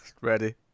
ready